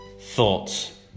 thoughts